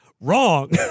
Wrong